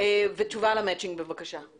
-- ותשובה על המצ'ינג, בבקשה.